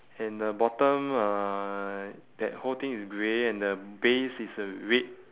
and the bottom uh that whole thing is grey and the base is a red